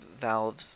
Valve's